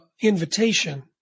invitation